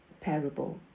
parable